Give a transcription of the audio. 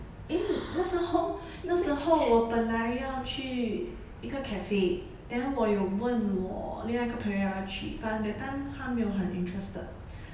eh 那时候那时候我本来要去一个 cafe then 我有问我另外一个朋友要不要去 but that time 他没有很 interested